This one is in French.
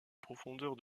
profondeur